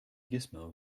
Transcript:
gizmo